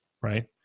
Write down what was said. right